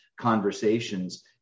conversations